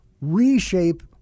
reshape